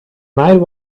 night